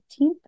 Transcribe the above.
15th